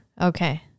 okay